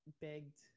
begged